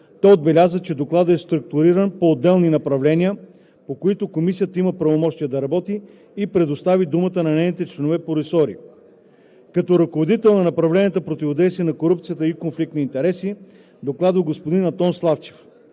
Той отбеляза, че Докладът е структуриран по отделни направления, по които Комисията има правомощия да работи, и предостави думата на нейните членове по ресори. Като ръководител на направленията „Противодействие на корупцията“ и „Конфликт на интереси“ докладва господин Антон Славчев.